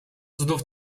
znów